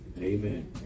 Amen